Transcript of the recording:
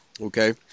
Okay